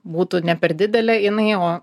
būtų ne per didelė jinai o